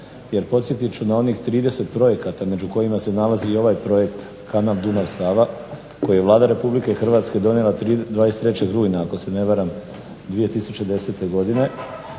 jer podsjetit ću na onih 30 projekata među kojima se nalazi i ovaj projekt kanal Dunav-Sava koji je Vlada Republike Hrvatske donijela 23. rujna ako se ne varam 2010. godine,